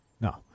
No